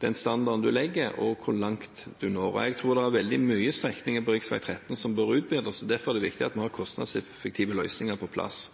den standarden du legger, og hvor langt du når. Jeg tror det er mange strekninger på rv. 13 som bør utbedres. Derfor er det viktig at vi får kostnadseffektive løsninger på plass.